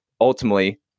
ultimately